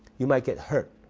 you might get hurt.